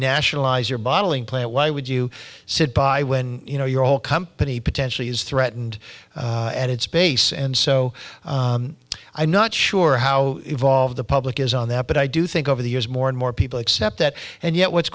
nationalize your bottling plant why would you sit by when you know your whole company potentially is threatened at its base and so i'm not sure how involved the public is on that but i do think over the years more and more people accept that and yet what's